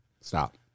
Stop